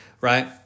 right